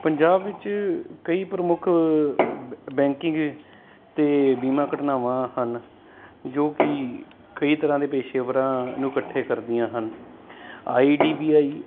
ਪੰਜਾਬ ਵਿੱਚ ਕਈ ਪ੍ਰਮੁੱਖ ਬੈਂਕਿੰਗ ਅਤੇ ਬੀਮਾ ਘਟਨਾਵਾਂ ਹਨ ਜੋ ਕਿ ਕਈ ਤਰ੍ਹਾਂ ਦੇ ਪੇਸ਼ੇਵਰਾਂ ਨੂੰ ਇਕੱਠੇ ਕਰਦੀਆਂ ਹਨ ਆਈਡੀਬੀਆਈ